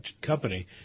company